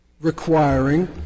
requiring